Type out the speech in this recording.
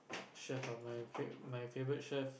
chef ah my fav~ my favorite chef